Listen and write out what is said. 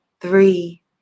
three